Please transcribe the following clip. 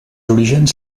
orígens